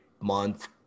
month